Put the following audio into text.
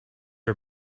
are